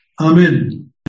Amen